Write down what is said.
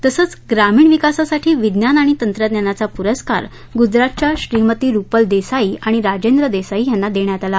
तसेच ग्रामीण विकासासाठी विज्ञान आणि तंत्रज्ञानाचा पुरस्कार गुजरातच्या श्रीमती रुपल देसाई आणि राजेंद्र देसाई यांना देण्यात आला